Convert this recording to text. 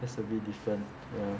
that's a bit different ya